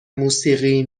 موسیقی